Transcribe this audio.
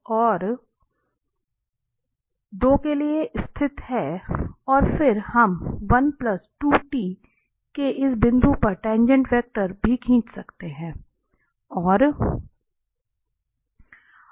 और फिर हम से इस बिंदु पर टाँगेँट भी खींच सकते हैं